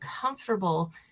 comfortable